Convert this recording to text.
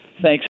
Thanks